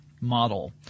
model